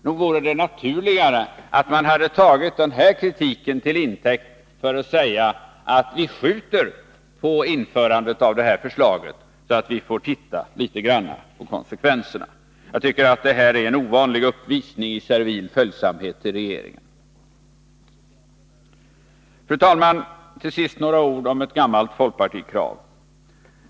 Nog vore det naturligare att man hade tagit denna teknik till intäkt för att säga att vi måste skjuta på genomförandet av förslaget, så att vi hinner granska konsekvenserna litet. Jag tycker att detta är en ovanlig uppvisning i servil följsamhet mot regeringen. Fru talman! Till sist några ord om ett gammalt folkpartikrav.